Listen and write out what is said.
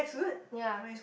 ya